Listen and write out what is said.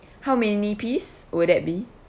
how many piece will that be